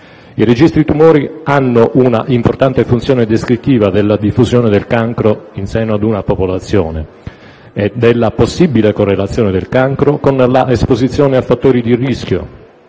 I registri tumori hanno una importante funzione descrittiva della diffusione del cancro in seno a una popolazione e della sua possibile correlazione con la esposizione a fattori di rischio,